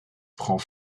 prend